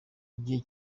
igihe